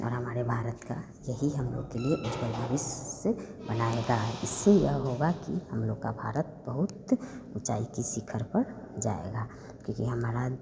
और हमारे भारत का यही हम लोग के लिए उज्जवल भविष्य बनाएगा इससे यह होगा कि हम लोग का भारत बहुत ऊँचाई की शिखर पर जाएगा क्योंकि हमारा